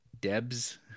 Debs